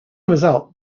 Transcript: result